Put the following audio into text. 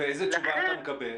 איזו תשובה אתה מקבל?